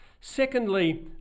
Secondly